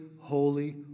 holy